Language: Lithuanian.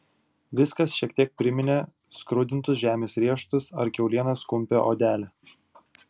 viskas šiek tiek priminė skrudintus žemės riešutus ar kiaulienos kumpio odelę